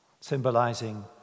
symbolizing